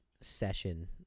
session